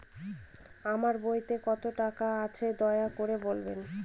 আমার বইতে কত টাকা আছে দয়া করে বলবেন?